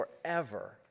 forever